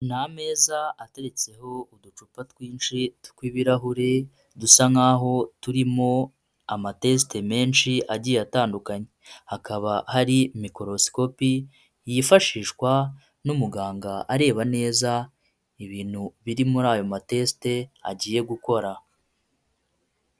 Ni ameza ateretseho uducupa twinshi tw'ibirahure dusa nk'aho turimo amatesite menshi agiye atandukanye. Hakaba hari mikorosikopi yifashishwa n'umuganga areba neza ibintu biri muri ayo matesite agiye gukora.